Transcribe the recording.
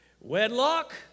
Wedlock